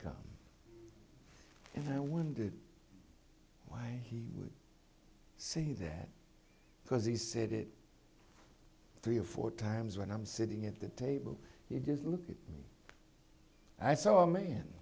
and i wondered why he would say that because he said it three or four times when i'm sitting at the table you just look at me i saw a man